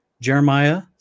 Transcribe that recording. Jeremiah